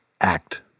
act